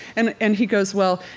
and and he goes, well,